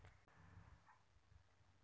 कृषी बाजारवर ट्रॅक्टर खरेदी करता येईल का?